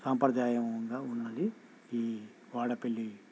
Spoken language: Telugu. సాంప్రదాయంగా ఉన్నది ఈ వాడపల్లి